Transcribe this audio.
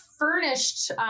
Furnished